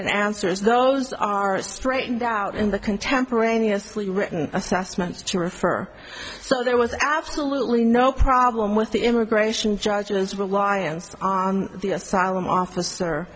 and answers those are straightened out in the contemporaneously written assessments to refer so there was absolutely no problem with the immigration judge as reliance on the asylum officer